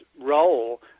role